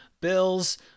Bills